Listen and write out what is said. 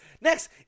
Next